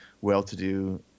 well-to-do